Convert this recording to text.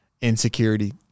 insecurity